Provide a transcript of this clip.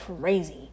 crazy